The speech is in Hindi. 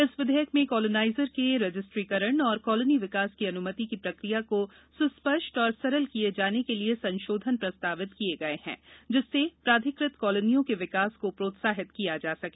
इस विधेयक में कॉलोनाईजर के रजिस्ट्रीकरण और कॉलोनी विकास की अनुमति की प्रक्रिया को सुस्पष्ट एवं सरल किये जाने के लिए संशोधन प्रस्तावित किये हैं जिससे प्राधिकृत कॉलोनियों के विकास को प्रोत्साहित किया जा सके